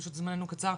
פשוט זמננו קצר,